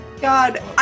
God